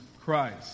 Christ